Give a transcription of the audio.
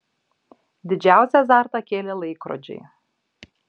didžiausią azartą kėlė laikrodžiai